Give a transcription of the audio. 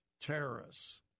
terrorists